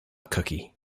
cookie